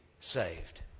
saved